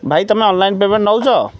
ଭାଇ ତମେ online payment ନେଉଛ